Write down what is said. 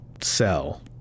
sell